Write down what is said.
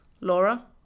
Laura